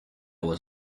was